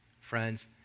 Friends